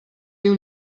viu